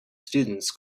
students